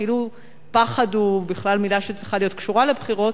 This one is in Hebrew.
כאילו פחד הוא בכלל מלה שצריכה להיות קשורה לבחירות,